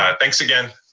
ah thanks again.